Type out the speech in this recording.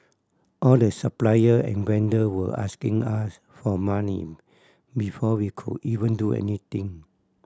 all the supplier and vendor were asking us for money before we could even do anything